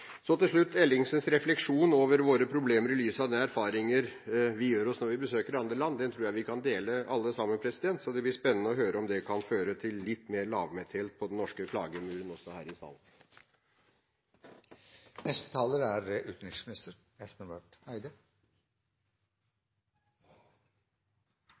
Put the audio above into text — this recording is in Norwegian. Så til slutt Ellingsens refleksjon over våre problemer i lys av de erfaringer vi gjør oss når vi besøker andre land. Det tror jeg vi kan dele alle sammen. Det blir spennende å høre om det kan føre til litt mer lavmælthet når det gjelder den norske klagingen, også her i salen.